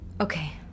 Okay